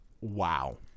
Wow